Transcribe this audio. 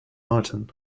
martin